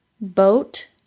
Boat